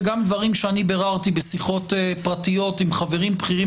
וגם דברים שביררתי בשיחות פרטיות עם חברים בכירים